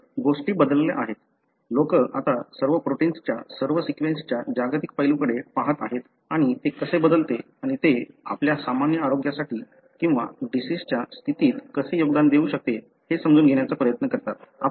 तर गोष्टी बदलल्या आहेत लोक आता सर्व प्रोटिन्सच्या सर्व सीक्वेन्सच्या जागतिक पैलूकडे पहात आहेत आणि ते कसे बदलते आणि ते आपल्या सामान्य आरोग्यासाठी किंवा डिसिजच्या स्थितीत कसे योगदान देऊ शकते हे समजून घेण्याचा प्रयत्न करतात